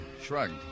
shrugged